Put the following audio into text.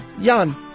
Jan